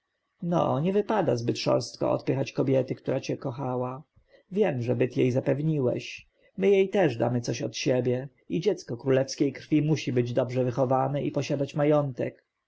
nie wypada zbyt szorstko odpychać kobiety która cię kochała wiem że byt jej zapewniłeś my jej też damy coś od siebie i dziecko królewskiej krwi musi być dobrze wychowane i posiadać majątek